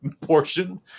portion